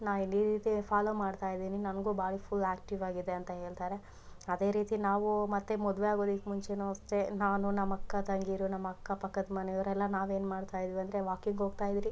ನಾ ಇಲ್ಲಿ ಈ ರೀತಿ ಫಾಲೋ ಮಾಡ್ತಾಯಿದೀನಿ ನನಗೂ ಬಾಡಿ ಫುಲ್ ಆ್ಯಕ್ಟಿವ್ ಆಗಿದೆ ಅಂತ ಹೇಳ್ತಾರೆ ಅದೇ ರೀತಿ ನಾವು ಮತ್ತು ಮದುವೆ ಆಗೋದಿಕ್ಕೆ ಮುಂಚೆ ಅಷ್ಟೆ ನಾನು ನಮ್ಮಅಕ್ಕ ತಂಗೀರು ನಮ್ಮ ಅಕ್ಕಪಕ್ಕದ ಮನೆಯವರೆಲ್ಲ ನಾವೇನು ಮಾಡ್ತಾಯಿದ್ವಿ ಅಂದರೆ ವಾಕಿಂಗ್ ಹೋಗ್ತಾಯಿದ್ರಿ